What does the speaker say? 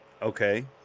okay